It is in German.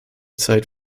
zeit